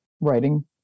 writing